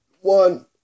One